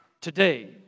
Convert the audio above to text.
today